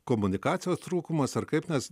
komunikacijos trūkumas ar kaip nes